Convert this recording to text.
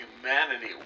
humanity